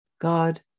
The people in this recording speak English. god